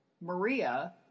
Maria